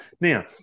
Now